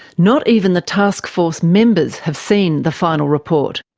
not even the taskforce members have seen the final report.